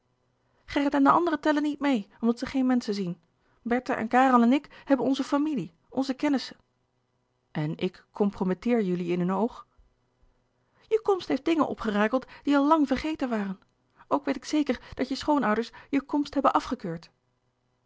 en de anderen tellen niet meê omdat ze geen menschen zien bertha en karel en ik hebben onze familie onze kennissen en ik comprometteer jullie in hun oog je komst heeft dingen opgerakeld die al lang vergeten waren ook weet ik zeker dat je schoonouders je komst hebben afgekeurd